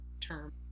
term